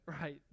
right